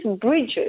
bridges